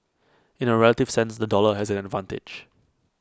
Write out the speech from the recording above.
in A relative sense the dollar has an advantage